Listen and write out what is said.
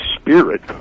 spirit